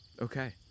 Okay